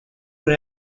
una